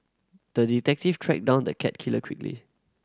the detective tracked down the cat killer quickly